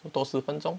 so 多十分钟